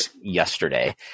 yesterday